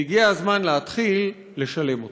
והגיע הזמן להתחיל לשלם אותו.